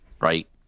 right